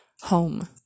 home